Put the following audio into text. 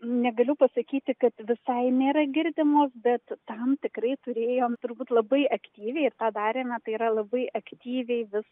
negaliu pasakyti kad visai nėra girdimos bet tam tikrai turėjom turbūt labai aktyviai ir tą darėme tai yra labai aktyviai vis